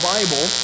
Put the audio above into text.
Bible